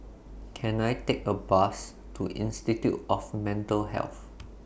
Can I Take A Bus to Institute of Mental Health